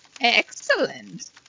Excellent